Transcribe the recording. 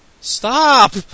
Stop